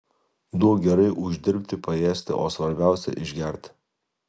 duok gerai uždirbti paėsti o svarbiausia išgerti